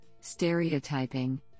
stereotyping